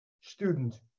student